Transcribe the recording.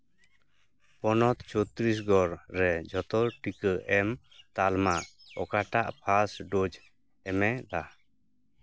ᱯᱚᱱᱚᱛ ᱪᱷᱚᱛᱨᱤᱥᱜᱚᱲ ᱨᱮ ᱡᱚᱛᱚ ᱴᱤᱠᱟᱹ ᱮᱢ ᱛᱟᱞᱢᱟ ᱚᱠᱟᱴᱟᱜ ᱯᱷᱟᱥᱴ ᱰᱳᱥ ᱮᱢᱮᱫᱟ